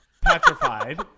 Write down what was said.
petrified